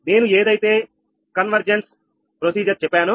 నేను ఏదైతే కన్వర్జెన్స్ విధానం చెప్పాను